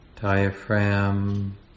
Diaphragm